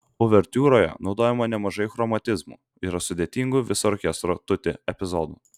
uvertiūroje naudojama nemažai chromatizmų yra sudėtingų viso orkestro tutti epizodų